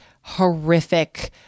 horrific